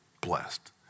blessed